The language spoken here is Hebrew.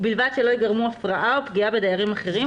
ובלבד שלא ייגרמו הפרעה או פגיעה בדיירים אחרים,